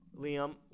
Liam